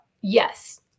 Yes